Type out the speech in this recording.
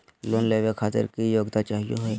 Loan लेवे खातीर की योग्यता चाहियो हे?